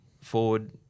forward